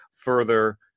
further